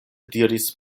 diris